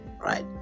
right